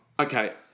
Okay